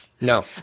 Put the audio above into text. No